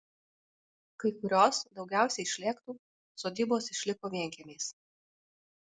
kai kurios daugiausiai šlėktų sodybos išliko vienkiemiais